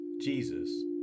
Jesus